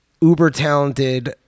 uber-talented